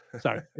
Sorry